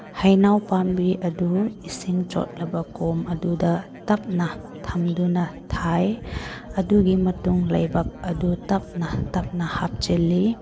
ꯍꯩꯅꯧ ꯄꯥꯝꯕꯤ ꯑꯗꯨ ꯏꯁꯤꯡ ꯆꯣꯠꯂꯕ ꯀꯣꯝ ꯑꯗꯨꯗ ꯇꯞꯅ ꯊꯝꯗꯨꯅ ꯊꯥꯏ ꯑꯗꯨꯒꯤ ꯃꯇꯨꯡ ꯂꯩꯕꯥꯛ ꯑꯗꯨ ꯇꯞꯅ ꯇꯞꯅ ꯍꯥꯞꯆꯤꯜꯂꯤ